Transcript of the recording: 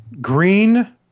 green